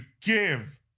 give